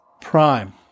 prime